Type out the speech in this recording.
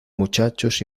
muchachos